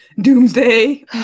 doomsday